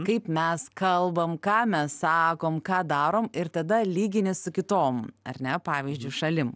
kaip mes kalbam ką mes sakom ką darom ir tada lygini su kitom ar ne pavyzdžiui šalim